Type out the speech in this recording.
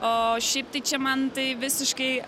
o šiaip tai čia man tai visiškai